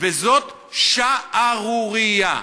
וזאת שערורייה.